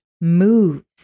moves